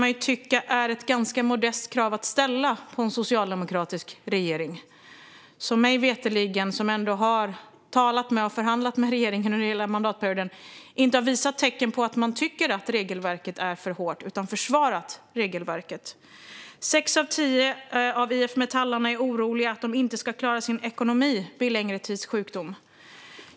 Man kan tycka att det är ett ganska modest krav att ställa på en socialdemokratisk regering. Mig veterligen - och jag har ändå talat och förhandlat med regeringen under hela mandatperioden - har regeringen inte visat tecken på att man tycker att regelverket är för hårt utan i stället försvarat det. Sex av tio av IF Metallarna är oroliga för att de inte ska klara sin ekonomi vid en längre tids sjukdom.